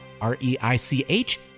R-E-I-C-H